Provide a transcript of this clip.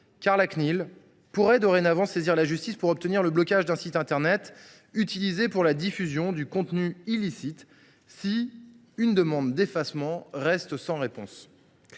la Cnil pourra saisir la justice pour obtenir le blocage d’un site internet utilisé pour la diffusion d’un contenu illicite si une demande d’effacement des données reste sans réponse.